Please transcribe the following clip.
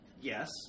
Yes